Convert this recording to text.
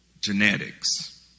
Genetics